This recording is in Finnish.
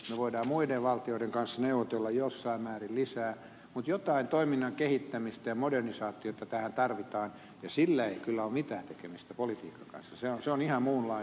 me voimme muiden valtioiden kanssa neuvotella jossain määrin lisää mutta jotain toiminnan kehittämistä ja modernisaatiota tähän tarvitaan ja sillä ei kyllä ole mitään tekemistä politiikan kanssa se on ihan muunlainen juttu